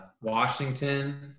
Washington